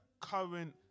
current